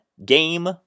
game